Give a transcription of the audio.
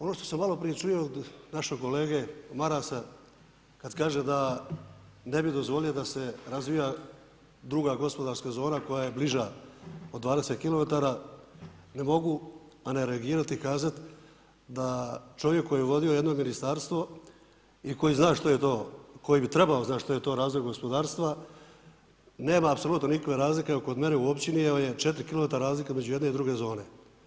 Ono što sam malo prije čuo od našeg kolege Marasa kada kaže da ne bi dozvolio da se razvija druga gospodarska zona koja je bliža od 20km ne mogu, a ne reagirati i kazati da čovjek koje je vodio jedno ministarstvo i koji bi trebao znati što je to razvoj gospodarstva, nema apsolutni nikakve razlike kod mene u općini evo 4km je razlika između jedne i druge zone.